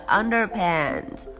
underpants